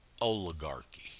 oligarchy